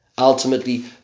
Ultimately